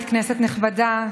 כנסת נכבדה,